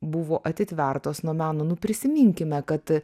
buvo atitvertos nuo meno nu prisiminkime kad